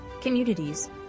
communities